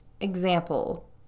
example